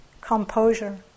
composure